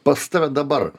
pas tave dabar